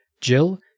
jill